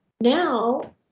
now